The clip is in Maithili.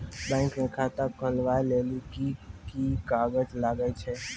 बैंक म खाता खोलवाय लेली की की कागज लागै छै?